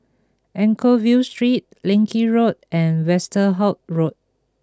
Anchorvale Street Leng Kee Road and Westerhout Road